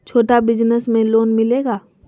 छोटा बिजनस में लोन मिलेगा?